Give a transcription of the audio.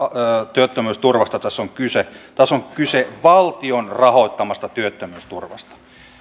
työttömyysturvasta tässä on kyse tässä on kyse valtion rahoittamasta työttömyysturvasta